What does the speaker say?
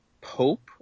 Pope